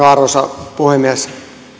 arvoisa puhemies